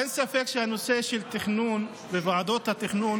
אין ספק שהנושא של תכנון בוועדות התכנון